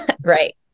Right